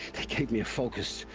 they gave me a focus.